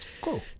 cool